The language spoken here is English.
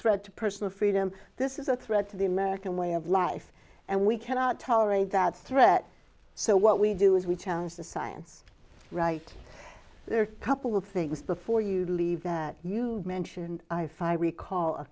threat to personal freedom this is a threat to the american way of life and we cannot tolerate that threat so what we do is we challenge the science right there are a couple of things before you leave that you mention i fire recall a